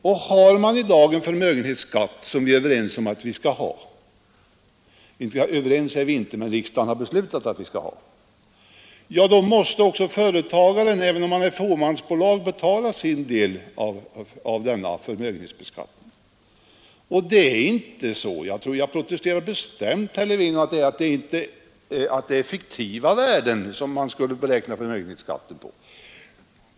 Eftersom man i dag har en förmögenhetsskatt, vilket vi är överens om att man skall ha — överens om det är vi inte, men riksdagen har beslutat att vi skall ha en förmögenhetsskatt — måste också företagarna i fåmansbolag betala sin del av denna förmögenhetsbeskattning. Jag protesterar bestämt mot herr Levins uttalande att det är fiktiva värden som man skulle beräkna förmögenhetsskatten på.